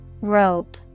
Rope